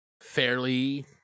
fairly